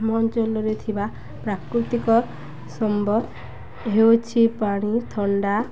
ଆମ ଅଞ୍ଚଳରେ ଥିବା ପ୍ରାକୃତିକ ସମ୍ବଳ ହେଉଛି ପାଣି ଥଣ୍ଡା